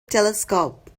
telescope